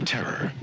Terror